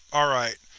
alright.